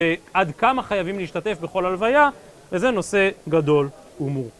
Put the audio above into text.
עד כמה חייבים להשתתף בכל הלוויה, וזה נושא גדול ומורכב.